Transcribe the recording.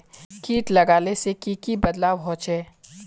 किट लगाले से की की बदलाव होचए?